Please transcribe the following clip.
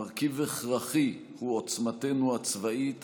מרכיב הכרחי הוא עוצמתנו הצבאית